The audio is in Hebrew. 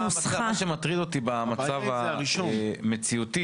מה שמטריד אותי במצב המציאותי,